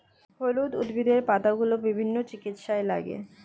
হলুদ উদ্ভিদের পাতাগুলো বিভিন্ন চিকিৎসায় লাগে